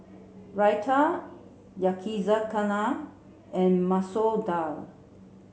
Raita Yakizakana and Masoor Dal